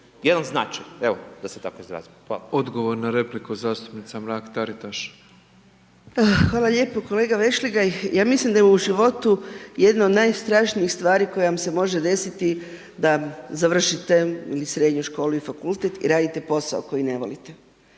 jedan značaj, da se tako izrazim. **Petrov, Božo (MOST)** Odgovor na repliku, zastupnica Mrak Taritaš. **Mrak-Taritaš, Anka (GLAS)** Hvala lijepo kolega Vešligaj, ja mislim da je u životu jedna od najstrašnijih stvari koje vam se može desiti da završite srednju školu i fakultet i radite posao koji ne volite.